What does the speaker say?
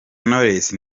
knowless